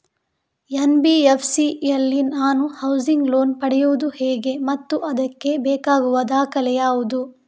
NBFC ಯಲ್ಲಿ ನಾನು housing loan ಪಡೆಯುದು ಹೇಗೆ ಮತ್ತು ಅದಕ್ಕೆ ಬೇಕಾಗುವ ದಾಖಲೆ ಯಾವುದು?